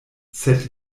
sed